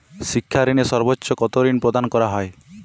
শিক্ষা ঋণে সর্বোচ্চ কতো ঋণ প্রদান করা হয়?